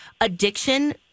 addiction